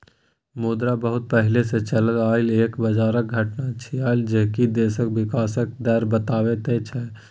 मुद्रा बहुत पहले से चलल आइल एक बजारक घटना छिएय जे की देशक विकासक दर बताबैत छै